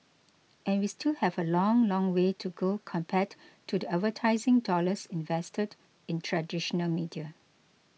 and we still have a long long way to go compared to the advertising dollars invested in traditional media